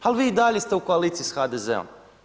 Ali vi i dalje ste u koaliciji s HDZ-om.